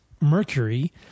mercury